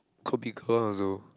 could be common also